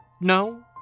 No